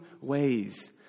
ways